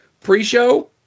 pre-show